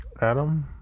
Adam